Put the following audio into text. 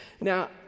Now